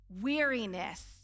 weariness